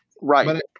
right